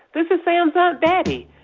this is sam's aunt betty.